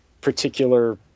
particular